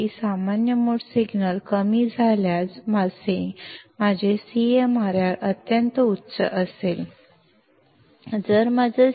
common mode signal ಕಡಿಮೆ ಇದ್ದರೆ ನನ್ನ CMRR ತುಂಬಾ ಹೆಚ್ಚು ಎಂದು ನೀವು ಹೇಳಬಹುದು